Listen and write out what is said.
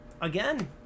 again